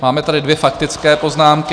Máme tady dvě faktické poznámky.